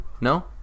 No